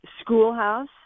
schoolhouse